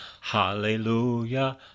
Hallelujah